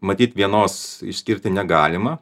matyt vienos išskirti negalima